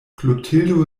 klotildo